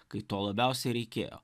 kai to labiausiai reikėjo